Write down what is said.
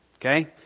okay